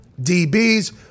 dbs